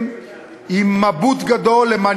בדיוק הפוך: מקצצת את הבריאות,